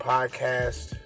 Podcast